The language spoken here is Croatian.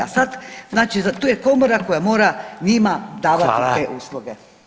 A sad, znači tu je komora koja mora njima davati te usluge.